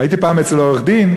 הייתי פעם אצל עורך-דין,